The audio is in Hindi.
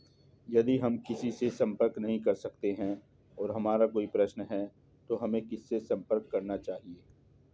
यदि हम किसी से संपर्क नहीं कर सकते हैं और हमारा कोई प्रश्न है तो हमें किससे संपर्क करना चाहिए?